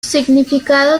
significado